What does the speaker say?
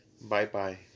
bye-bye